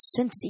Cincy